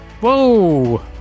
Whoa